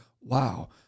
wow